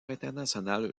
international